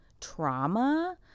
trauma